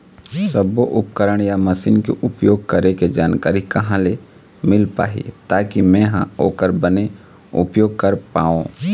सब्बो उपकरण या मशीन के उपयोग करें के जानकारी कहा ले मील पाही ताकि मे हा ओकर बने उपयोग कर पाओ?